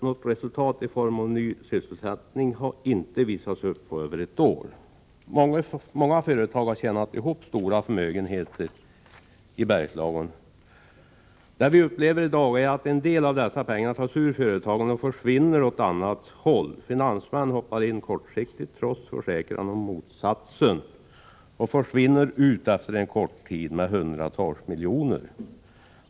Något resultat i form av ny sysselsättning har emellertid inte visats upp på över ett år. Många företag har tjänat ihop stora förmögenheter i Bergslagen. Det vi upplever i dag är att en del av dessa pengar tas ut ur företagen och försvinner åt annat håll. Finansmän hoppar in kortsiktigt, trots försäkringar om motsatsen, och försvinner ut efter en kort tid med hundratals miljoner.